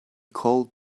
called